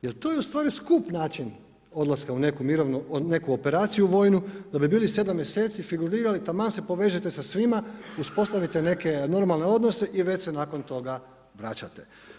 Jer to je ustvari skup način odlaska u neku operaciju vojnu da bi bili 7 mjeseci, figurirali, taman se povežete sa svima, uspostavite neke normalne odnose i već se nakon toga vraćate.